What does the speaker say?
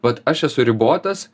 vat aš esu ribotas